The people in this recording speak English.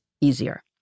easier